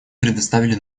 предоставили